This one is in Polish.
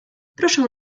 proszę